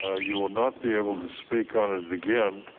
ah you will not be able to speak on it again.